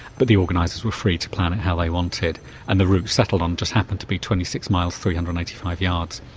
but the organisers were free to plan it how they wanted and the route settled on just happened to be twenty six miles three hundred and eighty five yards.